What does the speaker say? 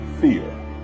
fear